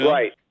Right